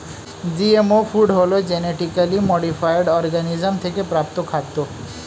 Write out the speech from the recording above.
GMO food হলো genetically modified organism থেকে প্রাপ্ত খাদ্য